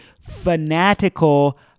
fanatical